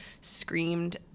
screamed